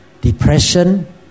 depression